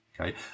Okay